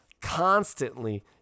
constantly